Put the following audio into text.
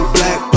Black